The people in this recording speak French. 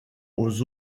aux